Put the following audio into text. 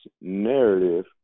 narrative